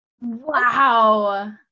Wow